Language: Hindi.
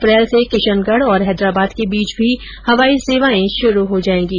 अप्रैल से किशनगढ़ और हैदराबाद के बीच भी हवाई सेवाए शुरू हो जाएंगी